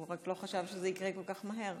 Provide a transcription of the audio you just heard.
הוא רק לא חשב שזה יקרה כל כך מהר,